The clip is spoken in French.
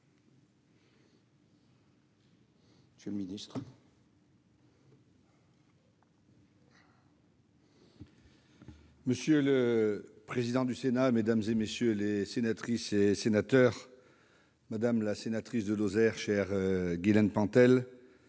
Monsieur le président du Sénat, mesdames, messieurs les sénateurs, madame la sénatrice de Lozère, chère Guylène Pantel,